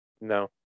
No